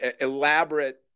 elaborate